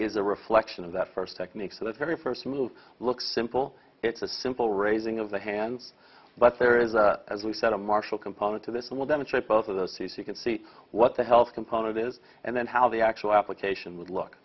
is a reflection of that first technique so the very first move looks simple it's a simple raising of the hands but there is as we said a marshall component to this and we'll demonstrate both of those see so you can see what the health component is and then how the actual application would look